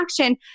action